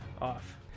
off